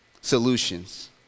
solutions